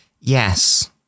Yes